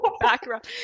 background